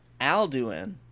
Alduin